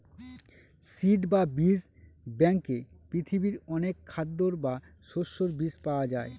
seed বা বীজ ব্যাঙ্কে পৃথিবীর অনেক খাদ্যের বা শস্যের বীজ পাওয়া যায়